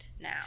now